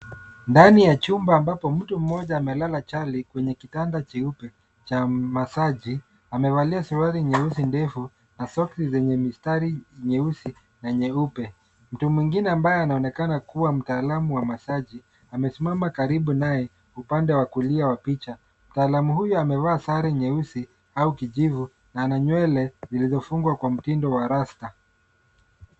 Ndani ya chumba ambapo mtu mmoja amelala chali kwenye kitanda cheupe cha masaji, amevalia suruali nyeusi ndefu, na soksi zenye mistari nyeusi na nyeupe. Mtu mwingine ambaye anaonekana kuwa mtaalamu wa masaji amesimama karibu naye upande wa kulia wa picha. Mtaalamu huyo amevaa sare nyeusi au kijivu, na ana nywele zilizofungwa kwa mtindo wa rasta.